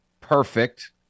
Perfect